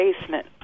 basement